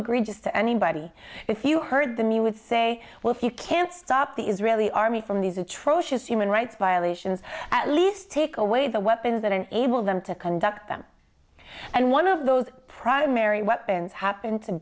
egregious to anybody if you heard them you would say well if you can stop the israeli army from these atrocious human rights violations at least take away the weapons that enable them to conduct them and one of those primary weapons happened to